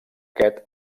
aquest